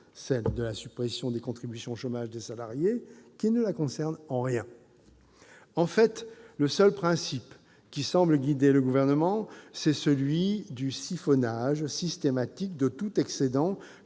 à savoir la suppression des contributions chômage des salariés, qui ne la concerne en rien. En fait, le seul principe qui semble guider le Gouvernement, c'est le siphonage systématique de tout excédent